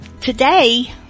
Today